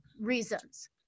reasons